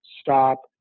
stop